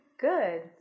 Good